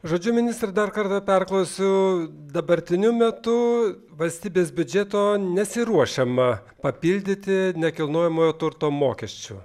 žodžiu ministre dar kartą perklausiu dabartiniu metu valstybės biudžeto nesiruošiama papildyti nekilnojamojo turto mokesčiu